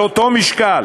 על אותו משקל